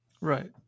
Right